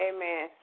Amen